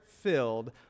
filled